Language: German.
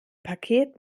paket